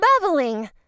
bubbling